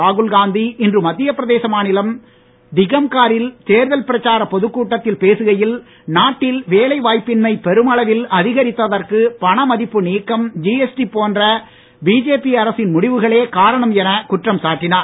ராகுல்காந்தி இன்று மத்திய பிரதேச மாநிலம் டீகம்காரில் தேர்தல் பிரச்சார பொதுக் கூட்டத்தில் பேசுகையில் நாட்டில் வேலைவாய்ப்பின்மை பெருமளவில் அதிகரித்ததற்கு பணமதிப்பு நீக்கம் ஜிஎஸ்டி போன்ற பிஜேபி அரசின் முடிவுகளே காரணம் என குற்றம் சாட்டினார்